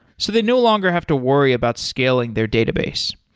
so they no longer have to worry about scaling their database.